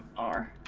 are